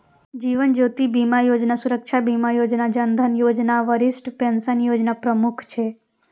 जीवन ज्योति बीमा योजना, सुरक्षा बीमा योजना, जन धन योजना, वरिष्ठ पेंशन योजना प्रमुख छै